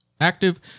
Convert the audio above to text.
active